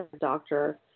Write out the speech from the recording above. doctor